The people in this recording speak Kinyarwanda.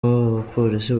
abapolisi